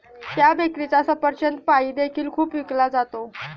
त्या बेकरीचा सफरचंद पाई देखील खूप विकला जातो